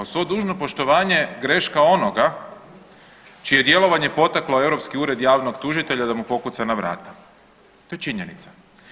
Uz svo dužno poštovanje greška onoga čije djelovanje poteklo Europski ured javnog tužitelja da mu pokuca na vrata, to je činjenica.